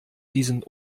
diesen